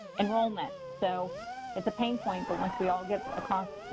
enrollment, so it's a pain point. but once we all get across, you